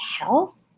health